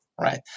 right